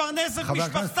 לפרנס את משפחתם,